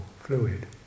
fluid